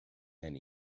and